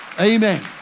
Amen